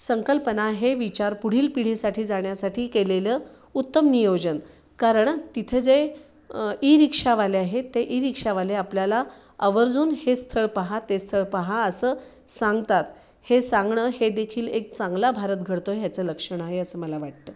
संकल्पना हे विचार पुढील पिढीसाठी जाण्यासाठी केलेलं उत्तम नियोजन कारण तिथं जे ई रिक्षावाले आहेत ते ई रिक्षावाले आपल्याला अवर्जून हे स्थळ पहा ते स्थळ पहा असं सांगतात हे सांगणं हे देखील एक चांगला भारत घडतो ह्याचं लक्षण आहे असं मला वाटतं